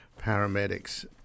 paramedics